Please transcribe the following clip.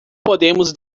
podemos